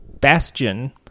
Bastion